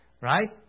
right